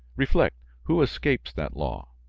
reflect who escapes that law?